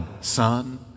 son